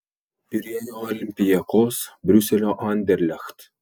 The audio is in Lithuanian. pirėjo olympiakos briuselio anderlecht